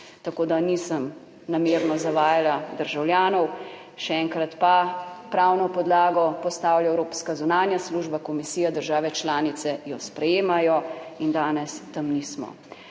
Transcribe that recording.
Tako da nisem namerno zavajala državljanov. Še enkrat pa, pravno podlago postavlja evropska zunanja služba, Komisija, države članice jo sprejemajo in danes tam nismo.